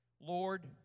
Lord